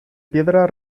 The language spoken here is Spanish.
piedra